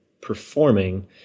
performing